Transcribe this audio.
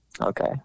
Okay